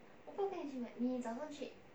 咱们 cheap